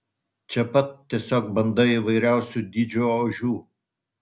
čia pat tiesiog banda įvairiausių dydžių ožių